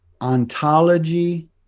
ontology